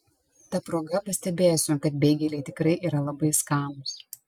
ta proga pastebėsiu kad beigeliai tikrai yra labai skanūs